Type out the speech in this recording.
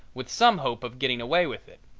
with some hope of getting away with it.